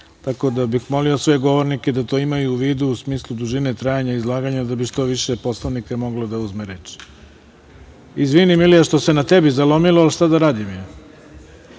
da, molio bih sve govornike da to imaju u vidu, u smislu dužine trajanja izlaganja, da bi što više poslanika moglo da uzme reč. Izvini Milija, što se na tebi zalomilo, ali šta da radim. Izvoli